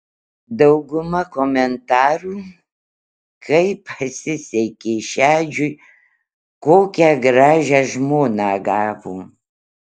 dauguma komentarų kaip pasisekė šedžiui kokią gražią žmoną gavo